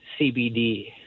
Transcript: CBD